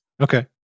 Okay